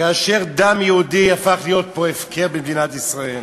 כאשר דם יהודי הפך להיות הפקר פה במדינת ישראל.